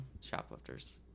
Shoplifters